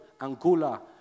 Angola